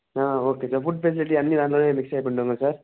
okay sir food facility అన్ని దాంట్లోనే mix అయ్యిపోయి ఉంటాయా సార్